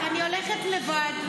אני הולכת לבד.